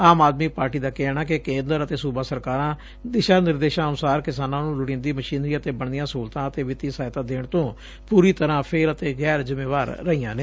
ਆਮ Aadmi Party ਦਾ ਕਹਿਣੈ ਕਿ ਕੇਂਦਰ ਅਤੇ ਸੁਬਾ ਸਰਕਾਰਾਂ ਦਿਸ਼ਾ ਨਿਰਦੇਸ਼ਾਂ ਅਨੁਸਾਰ ਕਿਸਾਨਾਂ ਨੂੰ ਲੋੜੀਦੀ ਮਸ਼ੀਨਰੀ ਅਤੇ ਬਣਦੀਆਂ ਸਹੁਲਤਾਂ ਅਤੇ ਵਿੱਤੀ ਸਹਾਇਤਾ ਦੇਣ ਤੋਂ ਪੁਰੀ ਤਰਾਂ ਫ਼ੇਲ਼ ਅਤੇ ਗੈਰ ਜ਼ਿਮੇਵਾਰ ਰਹੀਆਂ ਨੇ